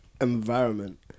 environment